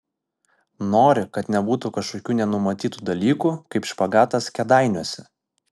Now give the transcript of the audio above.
nori kad nebūtų kažkokių nenumatytų dalykų kaip špagatas kėdainiuose